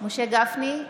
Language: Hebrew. משה גפני,